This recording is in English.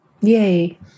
Yay